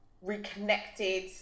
reconnected